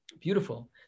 Beautiful